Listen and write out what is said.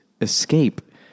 Escape